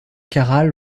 caral